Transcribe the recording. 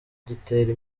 gitere